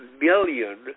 million